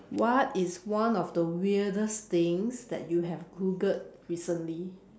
what is one of the weirdest things that you have Googled recently